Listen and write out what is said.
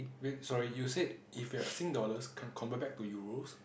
wait sorry you said if you have Sing dollars can covert back to euros